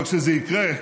אבל כשזה יקרה,